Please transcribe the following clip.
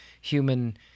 human